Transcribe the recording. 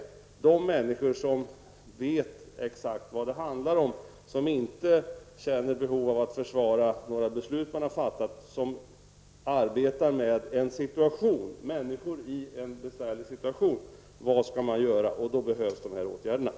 Bakom detta står människor som vet exakt vad det handlar om och som inte känner behov av att försvara något beslut man har fattat. Det är folk som jobbar med människor i en besvärlig situation. Då behövs de åtgärder som vi har föreslagit.